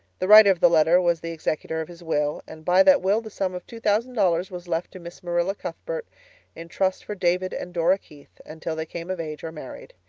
the writer of the letter was the executor of his will and by that will the sum of two thousand dollars was left to miss marilla cuthbert in trust for david and dora keith until they came of age or married.